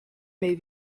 may